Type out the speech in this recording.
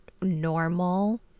normal